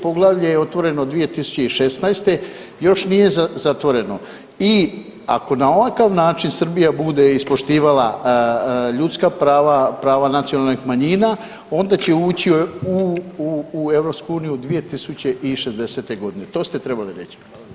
Poglavlje je otvoreno 2016., još nije zatvoreno i ako na ovakav način Srbija bude ispoštivala ljudska prava, prava nacionalnih manjina onda će ući u EU 2060.g., to ste trebali reći.